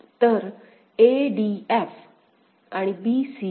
तर a d f आणि b c e